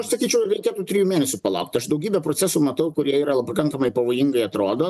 aš sakyčiau reikėtų trijų mėnesių palaukti aš daugybę procesų matau kurie yra pakankamai pavojingai atrodo